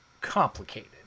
complicated